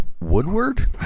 Woodward